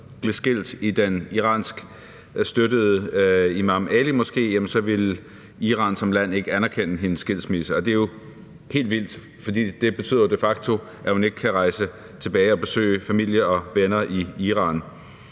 blev skilt i den iranskstøttede Imam Ali-moské, så ville Iran som land ikke anerkende hendes skilsmisse. Det er jo helt vildt, for det betyder jo de facto, at hun ikke kan rejse tilbage og besøge familie og venner i Iran.